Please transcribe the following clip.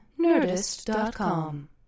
nerdist.com